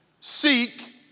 seek